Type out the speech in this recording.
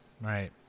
right